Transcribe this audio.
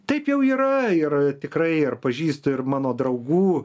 taip jau yra ir tikrai ir pažįstu ir mano draugų